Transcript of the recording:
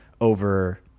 over